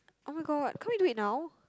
[oh]-my-god can't we do it now